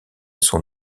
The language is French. son